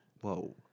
Whoa